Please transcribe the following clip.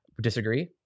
disagree